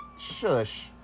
Shush